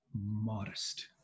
modest